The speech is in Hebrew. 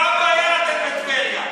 מה הבעיה לתת לטבריה?